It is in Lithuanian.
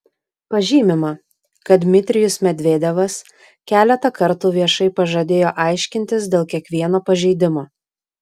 pažymima kad dmitrijus medvedevas keletą kartų viešai pažadėjo aiškintis dėl kiekvieno pažeidimo